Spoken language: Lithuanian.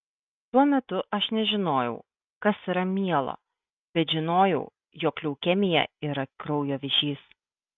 tuo metu aš nežinojau kas yra mielo bet žinojau jog leukemija yra kraujo vėžys